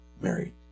married